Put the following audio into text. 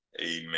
amen